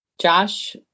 Josh